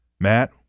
Matt